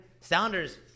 Sounders